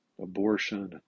abortion